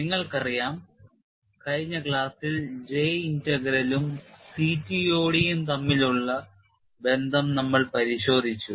നിങ്ങൾക്കറിയാം കഴിഞ്ഞ ക്ലാസിൽ J ഇന്റഗ്രലും CTOD യും തമ്മിലുള്ള ബന്ധം നമ്മൾ പരിശോധിച്ചു